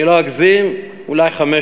אני לא אגזים, אולי 15,